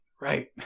right